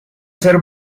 ser